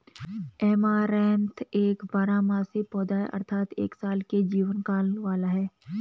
amaranth एक बारहमासी पौधा है अर्थात एक साल के जीवन काल वाला है